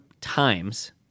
times